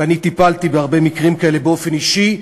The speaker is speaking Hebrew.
ואני טיפלתי בהרבה מקרים כאלה באופן אישי,